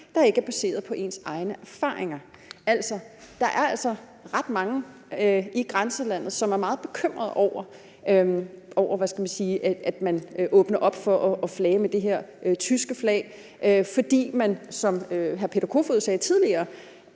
der ikke er baseret på ens egne erfaringer.« Altså, der er ret mange i grænselandet, som er meget bekymrede over, at man åbner op for at flage med det her tyske flag, fordi man, som hr. Peter Kofod sagde tidligere,